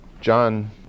John